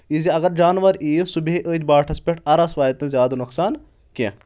یُس یہِ اگر جاناوار یہِ سُہ بیٚہہِ أتھۍ باٹھس پؠٹھ عرس واتان زیادٕ نۄقصان کینٛہہ